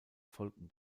folgten